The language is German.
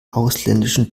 ausländischen